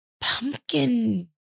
pumpkin